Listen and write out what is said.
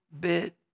bit